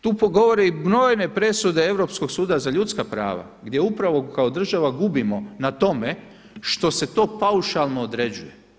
Tu govore brojne presude Europskog suda za ljudska prava gdje upravo kao država gubimo na tome što se to paušalno određuje.